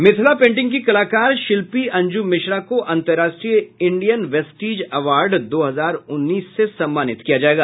Mithila painting की कलाकार शिल्पी अंजु मिश्रा को अंतर्राष्ट्रीय इंडियन बेस्टीज अवार्ड दो हजार उन्नीस से सम्मामिन किया जायेगा